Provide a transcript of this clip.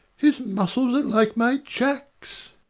his muscles are like my jack's!